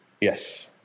Yes